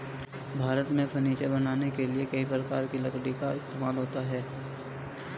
भारत में फर्नीचर बनाने के लिए कई प्रकार की लकड़ी का इस्तेमाल होता है